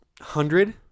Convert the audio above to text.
hundred